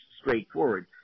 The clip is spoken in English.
straightforward